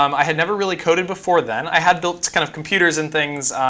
um i had never really coded before then. i had built kind of computers and things,